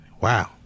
Wow